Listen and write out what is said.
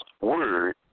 word